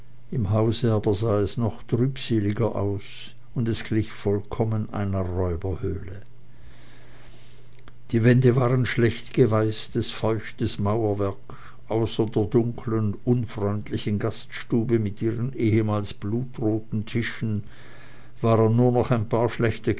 im hause aber sah es noch trübseliger aus und es glich einer vollkommenen räuberhöhle die wände waren schlecht geweißtes feuchtes mauerwerk außer der dunklen unfreundlichen gaststube mit ihren ehemals blutroten tischen waren nur noch ein paar schlechte